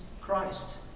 Christ